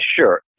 Sure